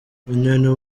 inyoni